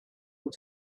more